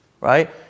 Right